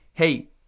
Hey